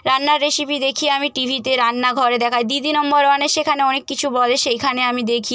রান্নার রেসিপি দেখি আমি টি ভিতে রান্নাঘরে দেখায় দিদি নম্বর ওয়ানে সেখানে অনেক কিছু বলে সেইখানে আমি দেখি